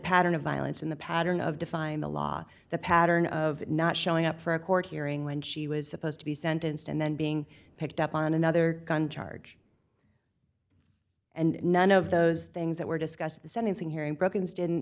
pattern of violence in the pattern of defying the law the pattern of not showing up for a court hearing when she was supposed to be sentenced and then being picked up on another gun charge and none of those things that were discussed the sentencing hearing brooke